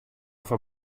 foar